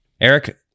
Eric